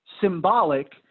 symbolic